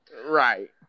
Right